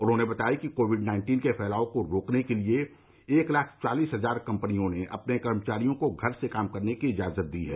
उन्होंने बताया कि कोविड नाइन्टीन के फैलाव को रोकने के लिए एक लाख चालीस हजार कंपनियों ने अपने कर्मचारियों को घर से काम करने की इजाजत दी है